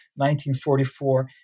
1944